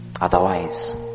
Otherwise